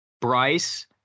Bryce